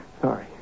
Sorry